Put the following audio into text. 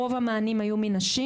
רוב המענים היו מנשים.